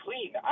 clean